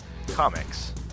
Comics